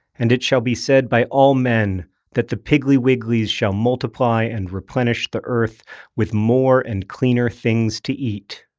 and it shall be said by all men that the piggly wigglies shall multiply and replenish the earth with more and cleaner things to eat.